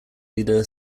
leader